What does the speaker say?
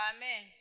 Amen